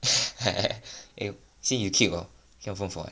eh see you keep hor handphone or what